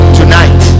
tonight